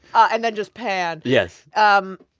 and then just pan yes um